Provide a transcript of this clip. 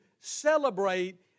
celebrate